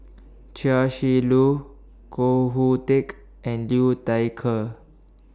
Chia Shi Lu Koh Hoon Teck and Liu Thai Ker